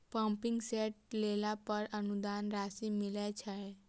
Pumping set लेला पर अनुदान राशि मिलय छैय?